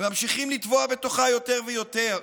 וממשיכים לטבוע בתוכה יותר ויותר.